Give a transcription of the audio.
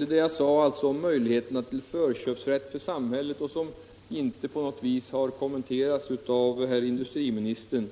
Vad jag sade om möjligheterna till förköpsrätt för samhället, vilket inte på något sätt kommenterades av industriministern,